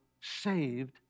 saved